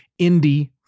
indie